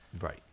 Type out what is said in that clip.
right